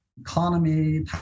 economy